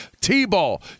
T-Ball